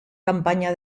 campaña